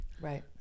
Right